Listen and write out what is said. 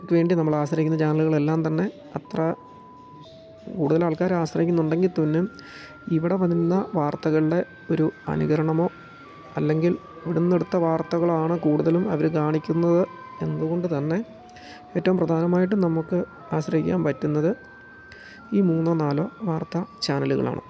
വേണ്ടി നമ്മൾ ആശ്രയിക്കുന്ന ചാനലുകൾ എല്ലാം തന്നെ അത്ര കൂടുതൽ ആൾക്കാർ ആശ്രയിക്കുന്നുണ്ടെങ്കിൽ തന്നെ ഇവിടെ വരുന്ന വാർത്തകളുടെ ഒരു അനുകരണമോ അല്ലെങ്കിൽ ഇവിടെ നിന്നെടുത്ത വാർത്തകളാണ് കൂടുതലും അവർ കാണിക്കുന്നത് എന്നുകൊണ്ട് തന്നെ ഏറ്റവും പ്രധാനമായിട്ടും നമുക്ക് ആശ്രയിക്കാൻ പറ്റുന്നത് ഈ മൂന്നോ നാലോ വാർത്ത ചാനലുകളാണ്